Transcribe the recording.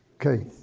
ok.